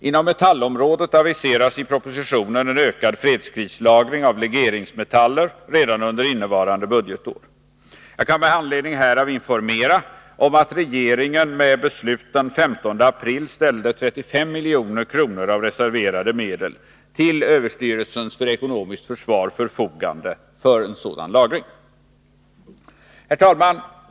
Inom metallområdet aviseras i propositionen en ökad fredskrislagring av legeringsmetaller redan under innevarande budgetår. Jag kan med anledning härav informera om att regeringen med beslut den 15 april ställde 35 milj.kr. av reserverade medel till överstyrelsens för ekonomiskt försvar förfogande för en sådan lagring. Herr talman!